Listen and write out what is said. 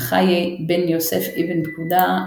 בחיי בן יוסף אבן פקודה.